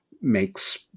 makes